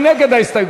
מי נגד ההסתייגויות?